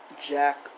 Jack